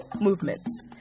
movements